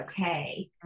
okay